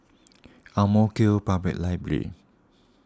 Ang Mo Kio Public Library